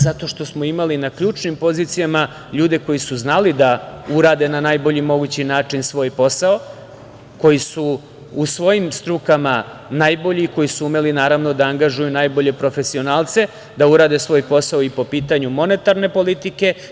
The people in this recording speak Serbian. Zato što smo imali na ključnim pozicijama ljude koji su znali da urade na najbolji mogući način svoj posao, koji su u svojim strukama najbolji, koji su umeli naravno da angažuju najbolje profesionalce da urade svoj posao i po pitanju monetarne politike.